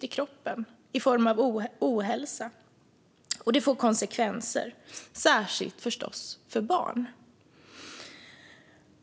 i kroppen i form av ohälsa. Det får förstås särskilt konsekvenser för barn.